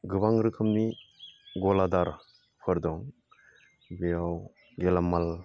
गोबां रोखोमनि गलादारफोर दं बेयाव गेलामाल